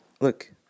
Look